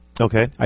Okay